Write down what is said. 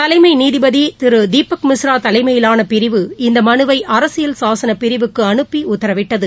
தலைமைநீதிபதிதிருதீபக் மிஸ்ரா தலைமையிரிவு இந்தமனுவை அரசியல் சாசனபிரிவுக்குஅனுப்பிஉத்தரவிட்டது